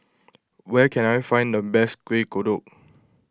where can I find the best Kueh Kodok